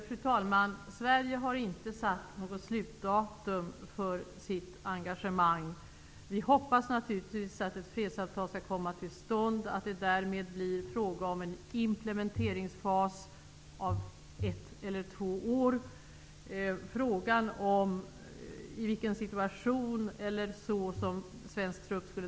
Fru talman! Sverige har inte uppsatt något slutdatum för sitt engagemang. Vi hoppas naturligtvis att ett fredsavtal skall komma till stånd, så att det därmed blir aktuellt med en implementeringsfas under ett eller två år.